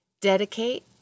Dedicate